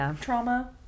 trauma